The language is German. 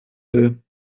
will